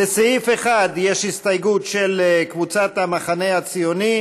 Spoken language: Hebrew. לסעיף 1 יש הסתייגות של חברי הכנסת יואל